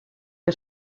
que